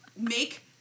make